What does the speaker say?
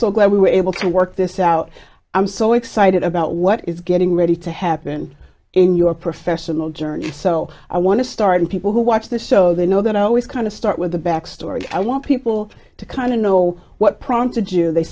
so glad we were able to work this out i'm so excited about what is getting ready to happen in your professional journey so i want to start and people who watch the show they know that i always kind of start with the back story i want people to kind of know what prompted you they